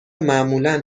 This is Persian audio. معمولا